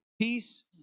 Peace